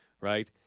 Right